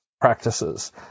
practices